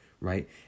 right